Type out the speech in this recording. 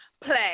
play